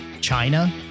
China